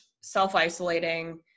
self-isolating